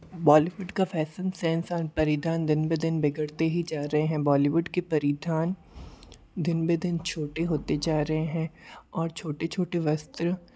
बॉलीवुड का fashion sense and परिधान दिन ब दिन बिगड़ते ही जा रहे हैं बॉलीवुड के परिधान दिन ब दिन छोटे होते जा रहे हैं और छोटे छोटे वस्त्र